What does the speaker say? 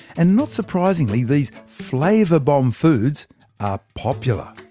and not surprisingly, these flavor-bomb foods are popular.